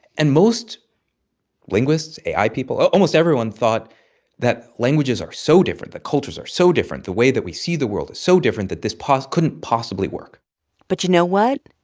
and most linguists, ai people almost everyone thought that languages are so different, that cultures are so different, the way that we see the world is so different that this couldn't possibly work but you know what?